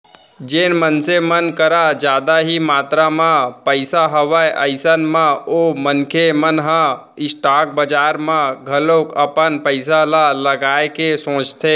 जेन मनसे मन कर जादा ही मातरा म पइसा हवय अइसन म ओ मनखे मन ह स्टॉक बजार म घलोक अपन पइसा ल लगाए के सोचथे